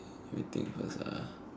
I think first ah